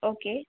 okay